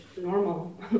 normal